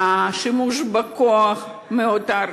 שימוש בכוח מיותר,